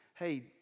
Hey